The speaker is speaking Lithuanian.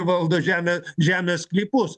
valdo žemę žemės sklypus